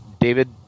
david